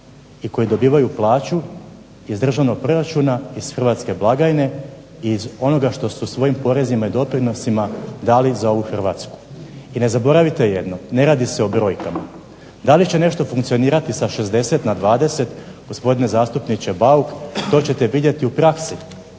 i koja dobivaju plaću iz državnog proračuna, iz hrvatske blagajne, iz onoga što su svojim porezima i doprinosima dali za ovu Hrvatsku. I ne zaboravite jedno, ne radi se o brojkama, da li će nešto funkcionirati sa 60 na 20 gospodine zastupniče Bauk to ćete vidjeti u praksi.